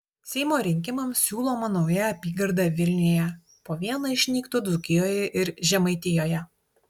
seimo rinkimams siūloma nauja apygarda vilniuje po vieną išnyktų dzūkijoje ir žemaitijoje